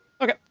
Okay